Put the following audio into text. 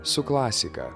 su klasika